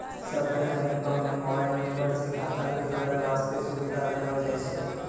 सभ्भे बैंको म मोबाइल नम्बर से खाता क जोड़ै बास्ते सुविधा देलो जाय छै